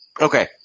Okay